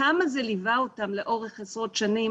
כמה זה ליווה אותם לאורך עשרות שנים